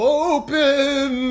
open